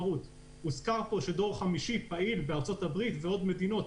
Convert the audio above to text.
הוזכר כאן שדור חמישי פעיל בארצות הברית ובעוד מדינות.